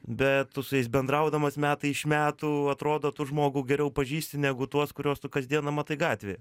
bet tu su jais bendraudamas metai iš metų atrodo tu žmogų geriau pažįsti negu tuos kuriuos tu kasdieną matai gatvėje